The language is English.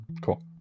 cool